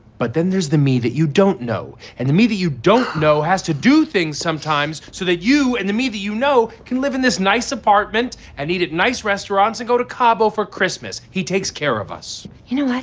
but then there's the me that you don't know. and the me that you don't know has to do things sometimes so that you and the me that you know can live in this nice apartment and eat at nice restaurants and go to cabo for christmas. he takes care of us you know what?